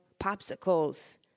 Popsicles